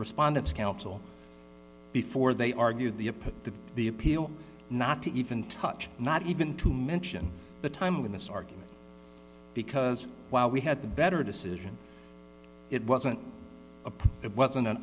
respondents counsel before they argued the a put the the appeal not to even touch not even to mention the time when this argument because while we had the better decision it wasn't a it wasn't